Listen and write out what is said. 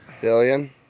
billion